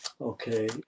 Okay